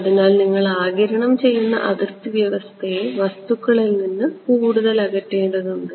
അതിനാൽ നിങ്ങൾ ആഗിരണം ചെയ്യുന്ന അതിർത്തി വ്യവസ്ഥയെ വസ്തുക്കളിൽ നിന്ന് കൂടുതൽ അകറ്റേണ്ടതുണ്ട്